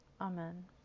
Amen